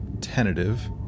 tentative